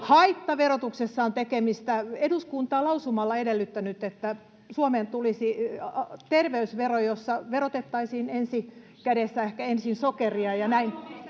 haittaverotuksessa on tekemistä. Eduskunta on lausumalla edellyttänyt, että Suomeen tulisi terveysvero, jossa verotettaisiin ensi kädessä ehkä ensin sokeria,